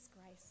grace